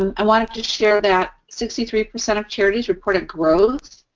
um i wanted to share that sixty three percent of charities reported growth,